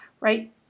right